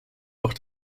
auch